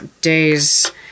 days